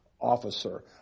Officer